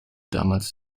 damit